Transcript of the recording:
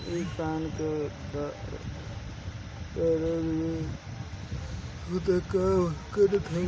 इ कान के दरद में बहुते काम करत हवे